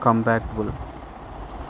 compactible